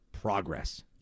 progress